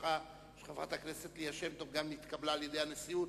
שלך ושל חברת הכנסת ליה שמטוב גם התקבלה על-ידי הנשיאות,